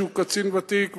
שהוא קצין ותיק,